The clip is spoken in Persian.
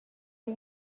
این